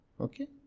okay